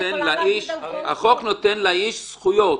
החוק נותן לאיש זכויות.